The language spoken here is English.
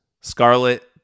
Scarlet